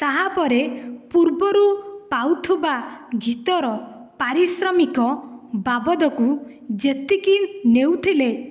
ତାହା ପରେ ପୂର୍ବରୁ ପାଉଥିବା ଗୀତର ପାରିଶ୍ରମିକ ବାବଦକୁ ଯେତିକି ନେଉଥିଲେ